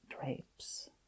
drapes